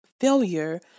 failure